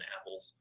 apples